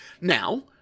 Now